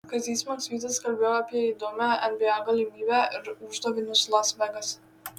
kazys maksvytis kalbėjo apie įdomią nba galimybę ir uždavinius las vegase